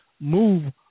move